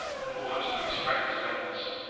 and almost makes friends of enemies.